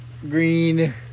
Green